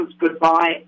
goodbye